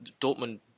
Dortmund